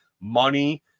money